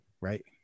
Right